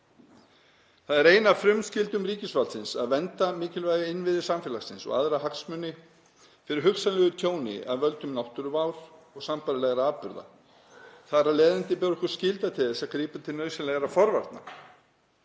Það er ein af frumskyldum ríkisvaldsins að vernda mikilvæga innviði samfélagsins og aðra hagsmuni fyrir hugsanlegu tjóni af völdum náttúruvár og sambærilegra atburða. Þar af leiðandi ber okkur skylda til þess að grípa til nauðsynlegra forvarna.